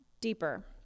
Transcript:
deeper